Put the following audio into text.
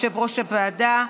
יושב-ראש הוועדה,